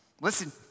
Listen